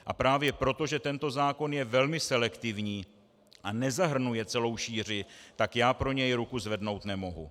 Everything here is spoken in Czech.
A právě proto, že tento zákon je velmi selektivní a nezahrnuje celou šíři, tak já pro něj ruku zvednout nemohu.